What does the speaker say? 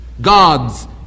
God's